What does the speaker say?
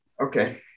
Okay